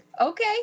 Okay